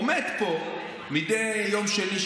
עומד פה מדי יום שני,